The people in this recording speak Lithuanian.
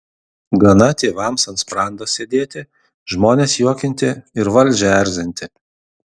gana tėvams ant sprando sėdėti žmones juokinti ir valdžią erzinti